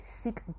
seek